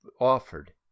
offered